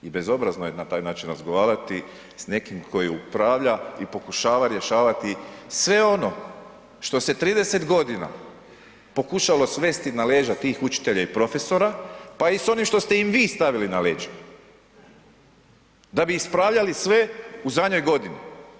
I bezobrazno je na taj način razgovarati s nekim tko upravlja i pokušava rješavati sve ono što se 30 godina pokušalo svesti na leđa tih učitelja i profesora pa i s onim što ste im vi stavili na leđa, da bi ispravljali sve u zadnjoj godini.